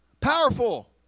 Powerful